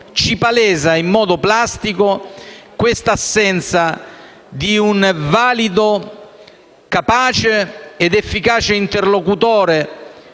ci palesa in modo plastico questa assenza di un valido, capace ed efficace interlocutore